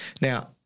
Now